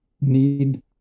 need